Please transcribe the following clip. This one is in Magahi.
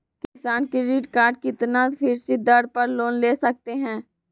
किसान क्रेडिट कार्ड कितना फीसदी दर पर लोन ले सकते हैं?